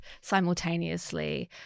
simultaneously